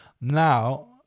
Now